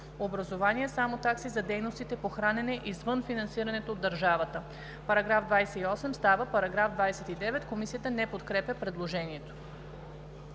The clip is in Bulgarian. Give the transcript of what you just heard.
образование – само такси за дейностите по хранене, извън финансирането от държавата.“ Параграф 28 става § 29. Комисията не подкрепя предложението.